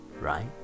Right